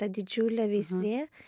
ta didžiulė veislė